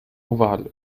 oval